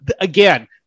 again